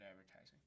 advertising